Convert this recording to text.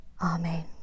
Amen